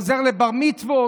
עוזר לבר-מצוות,